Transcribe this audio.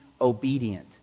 obedient